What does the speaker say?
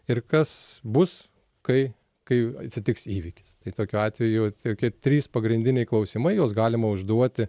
ir kas bus kai kai atsitiks įvykis tai tokiu atveju tokie trys pagrindiniai klausimai juos galima užduoti